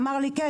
אמר לי 'כן,